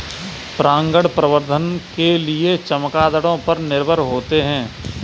परागण प्रबंधन के लिए चमगादड़ों पर निर्भर होते है